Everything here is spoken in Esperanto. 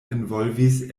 envolvis